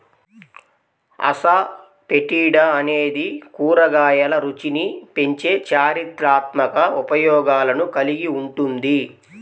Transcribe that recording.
asafoetida అనేది కూరగాయల రుచిని పెంచే చారిత్రాత్మక ఉపయోగాలను కలిగి ఉంటుంది